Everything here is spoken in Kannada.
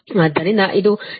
ಆದ್ದರಿಂದ ಇದು 71